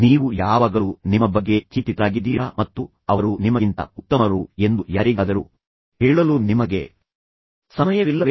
ನೀವು ಯಾವಾಗಲೂ ನಿಮ್ಮ ಬಗ್ಗೆ ಚಿಂತಿತರಾಗಿದ್ದೀರಾ ಮತ್ತು ಅವರು ನಿಮಗಿಂತ ಉತ್ತಮರು ಎಂದು ಯಾರಿಗಾದರೂ ಹೇಳಲು ನಿಮಗೆ ಸಮಯವಿಲ್ಲವೇ